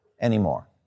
anymore